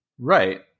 Right